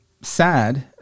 sad